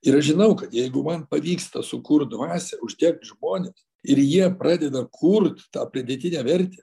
ir aš žinau kad jeigu man pavyksta sukurt dvasią uždegt žmones ir jie pradeda kurt tą pridėtinę vertę